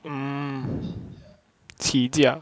mm 起价